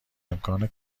امکان